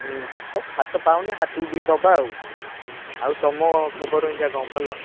ହାତ ହାତ ପାଉନି ହାତକୁ ଟିକେ ଦେବା ଆଉ ଆଉ ତମ ଖବର କେମିତିଆ କ'ଣ ଭଲ